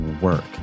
work